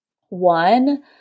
One